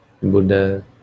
Buddha